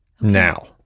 Now